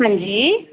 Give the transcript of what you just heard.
हां जी